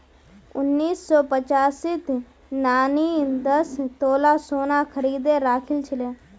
उन्नीस सौ पचासीत नानी दस तोला सोना खरीदे राखिल छिले